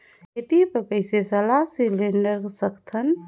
खेती बर कइसे सलाह सिलेंडर सकथन?